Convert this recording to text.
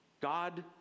God